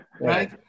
Right